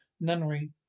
nunnery